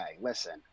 listen